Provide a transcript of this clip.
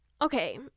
Okay